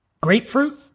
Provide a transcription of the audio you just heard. Grapefruit